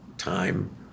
Time